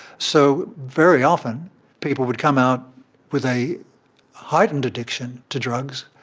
so very often people would come out with a heightened addiction to drugs,